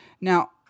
Now